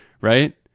right